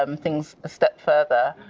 um things a step further.